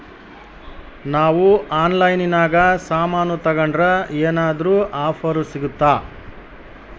ನಾವು ಆನ್ಲೈನಿನಾಗ ಸಾಮಾನು ತಗಂಡ್ರ ಏನಾದ್ರೂ ಆಫರ್ ಸಿಗುತ್ತಾ?